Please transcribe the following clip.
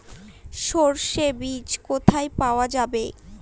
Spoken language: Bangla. সর্ষে বিজ কোথায় পাওয়া যাবে?